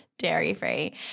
dairy-free